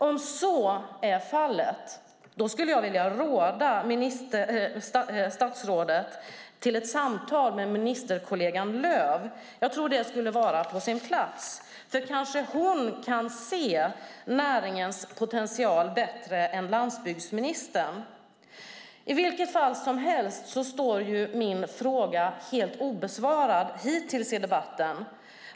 Om så är fallet vill jag råda statsrådet att ha ett samtal med ministerkollegan Lööf. Jag tror att det skulle vara på sin plats. Hon kanske kan se näringens potential bättre än landsbygdsministern. Min fråga är hittills obesvarad i debatten.